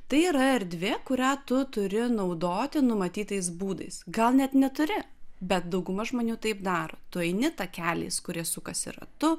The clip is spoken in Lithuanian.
tai yra erdvė kurią tu turi naudoti numatytais būdais gal net neturi bet dauguma žmonių taip daro tu eini takeliais kurie sukasi ratu